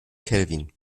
kelvin